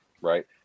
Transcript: Right